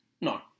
No